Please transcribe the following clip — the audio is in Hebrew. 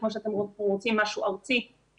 כמו שאתם רוצים משהו ערוצי,